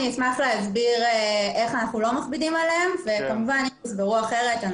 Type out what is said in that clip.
אני אשמח להסביר איך אנחנו לא מכבידים עליהם וכמובן אם תקבעו אחרת,